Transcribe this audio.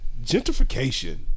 Gentrification